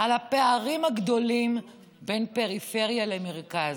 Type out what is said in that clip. של הפערים הגדולים בין פריפריה למרכז.